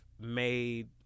made